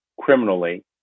criminally